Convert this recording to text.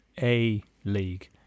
A-League